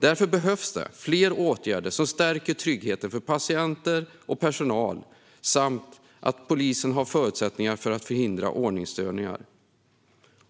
Därför behövs fler åtgärder som stärker tryggheten för patienter och personal samt att polisen har förutsättningar för att förhindra ordningsstörningar.